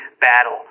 battle